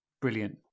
Brilliant